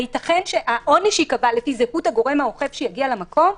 הייתכן שהעונש ייקבע לפי זהות הגורם האוכף שיגיע למקום?